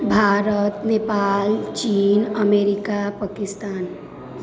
भारत नेपाल चीन अमेरिका पाकिस्तान